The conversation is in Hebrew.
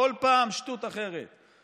כל פעם שטות אחרת,